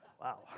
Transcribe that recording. Wow